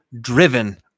driven